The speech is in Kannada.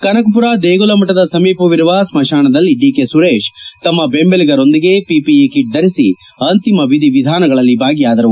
ಕನಕಪುರ ದೇಗುಲ ಮತದ ಸಮೀಪವಿರುವ ಸ್ತಶಾನದಲ್ಲಿ ಡಿಕೆ ಸುರೇಶ್ ತಮ್ನ ಬೆಂಬಲಿಗರೊಂದಿಗೆ ಪಿಪಿಇ ಕಿಟ್ ಧರಿಸಿ ಅಂತಿಮ ವಿಧಿವಿಧಾನಗಳಲ್ಲಿ ಭಾಗಿಯಾದರು